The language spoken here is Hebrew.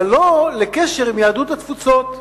אבל לא לקשר עם יהדות התפוצות.